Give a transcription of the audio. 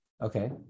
Okay